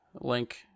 Link